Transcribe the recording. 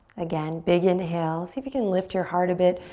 again, big inhale. see if you can lift your heart a bit.